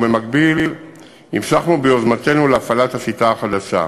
ובמקביל המשכנו ביוזמתנו להפעלת השיטה החדשה.